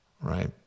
right